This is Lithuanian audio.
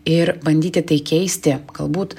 ir bandykit tai keisti galbūt